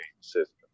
system